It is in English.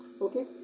Okay